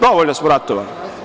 Dovoljno smo ratovali.